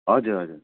हजुर हजुर